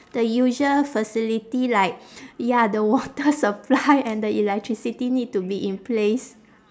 the usual facility like ya the water supply and the electricity need to be in place